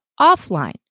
offline